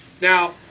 Now